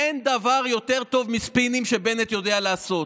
אין דבר יותר טוב מספינים שבנט יודע לעשות.